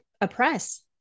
oppress